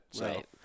Right